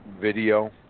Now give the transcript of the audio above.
video